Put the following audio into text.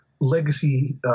Legacy